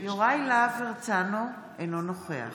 יוראי להב הרצנו, אינו נוכח